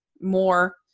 more